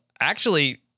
actually-